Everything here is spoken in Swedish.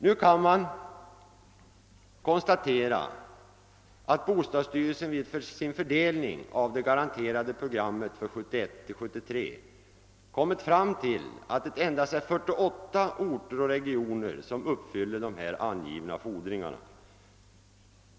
Nu kan man konstatera att bostadsstyrelsen i sin fördelning av det garanterade programmet för åren 1971—1973 kommit fram till att det endast är 48 orter och regioner som uppfyller de här angivna fordringarna.